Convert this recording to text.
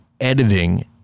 editing